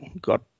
got